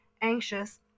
anxious